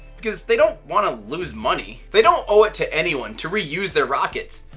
because they don't wanna lose money. they don't owe it to anyone to reuse their rockets.